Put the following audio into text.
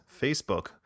Facebook